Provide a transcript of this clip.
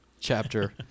chapter